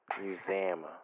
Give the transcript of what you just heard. museum